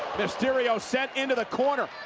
mysterio sent into the corner.